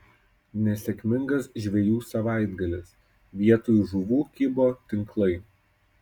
nesėkmingas žvejų savaitgalis vietoj žuvų kibo tinklai